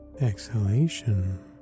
exhalation